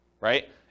right